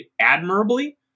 admirably